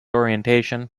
orientation